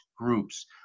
groups